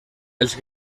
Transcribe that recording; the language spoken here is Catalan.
els